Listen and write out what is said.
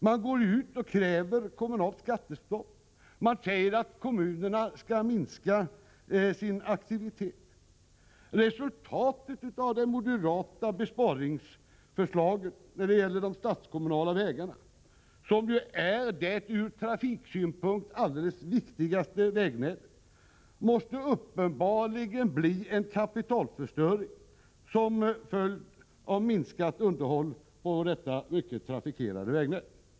Man går ut och kräver kommunalt skattestopp, man säger att kommunerna skall minska sin aktivitet. Resultatet av det moderata besparingsförslaget när det gäller de statskommunala vägarna, som ju utgör det ur trafiksynpunkt allra viktigaste vägnätet, måste uppenbarligen bli en kapitalförstöring — som följd av minskat underhåll av detta mycket trafikerade vägnät.